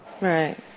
Right